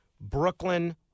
Brooklyn